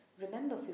Remember